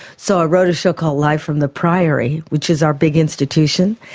so i wrote a show called life from the priory which is our big institution,